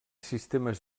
sistemes